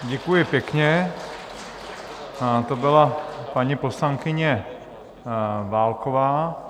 Děkuji pěkně, to byla paní poslankyně Válková.